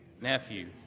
nephew